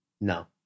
No